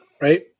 Right